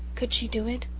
could she do it?